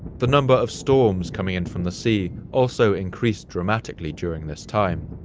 the number of storms coming in from the sea also increased dramatically during this time.